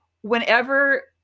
whenever